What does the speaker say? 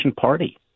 party